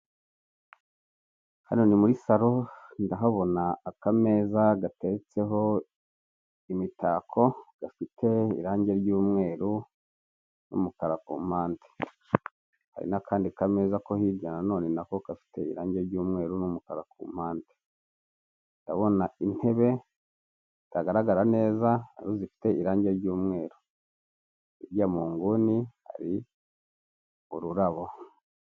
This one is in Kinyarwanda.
Hano ni muri salo ndahabona akameza gateretseho imitako gafite irangi ry'umweru n'umukara ku mpande, hari n'akandi kameza ko hirya na none nako gafite irangi ry'umweru n'umukara ku mpande ndabona intebe zitagaragara neza zifite irangi ry'umweru hirya munguni hari ururabo.